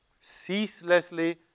ceaselessly